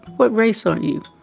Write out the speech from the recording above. what race are you?